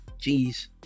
Jeez